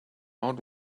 out